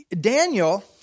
Daniel